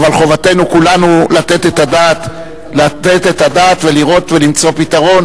אבל חובתנו כולנו לתת את הדעת ולראות ולמצוא פתרון